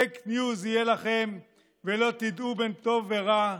פייק ניוז יהיה לכם ולא תדעו בין טוב ורע,